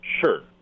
sure